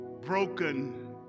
broken